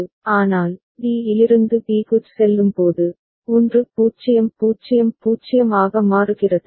ஆனால் d இலிருந்து b க்குச் செல்லும்போது 1 0 0 0 ஆக மாறுகிறது